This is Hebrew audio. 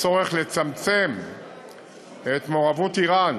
הצורך לצמצם את מעורבות איראן,